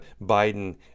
Biden